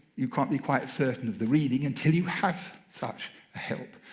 you can't be quite certain of the reading until you have such a help.